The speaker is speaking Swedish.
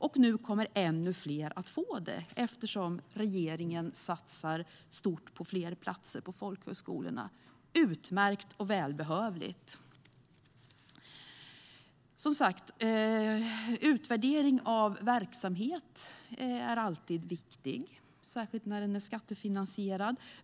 Och nu kommer ännu fler att få det eftersom regeringen satsar stort på fler platser på folkhögskolorna. Det är utmärkt och välbehövligt. Som sagt, utvärdering av verksamhet är alltid viktig, särskilt när verksamheten är skattefinansierad.